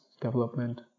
development